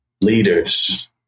leaders